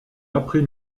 après